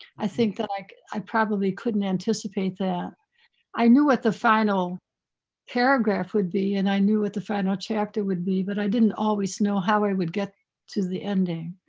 i think that like i probably couldn't anticipate that i knew what the final paragraph would be and i knew what the final chapter would be, but i didn't always know how i would get to the ending.